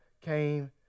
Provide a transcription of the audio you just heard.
came